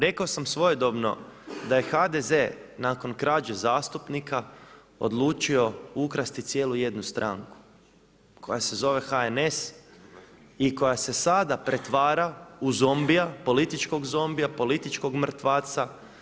Rekao sam svojedobno da je HDZ nakon krađe zastupnika odlučio ukrasti cijelu jednu stranku koja se zove HNS i koja se sada pretvara u zombija, političkog zombija, političkog mrtvaca.